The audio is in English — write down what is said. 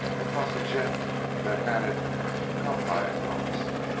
because the gent that had it come by it honest.